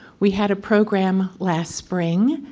we had a program last spring.